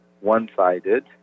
one-sided